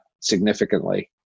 significantly